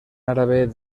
árabe